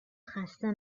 خسته